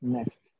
Next